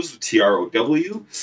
T-R-O-W